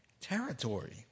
territory